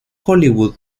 hollywood